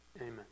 Amen